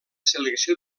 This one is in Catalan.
selecció